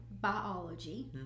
Biology